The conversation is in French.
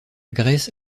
grèce